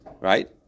right